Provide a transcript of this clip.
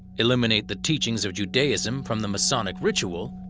eliminate the teachings of judaism from the masonic ritual,